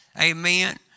Amen